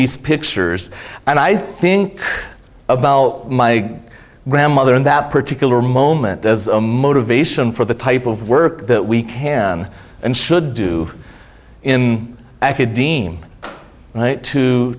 these pictures and i think about my grandmother in that particular moment as a motivation for the type of work that we can and should do in academ